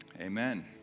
Amen